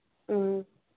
ꯎꯝ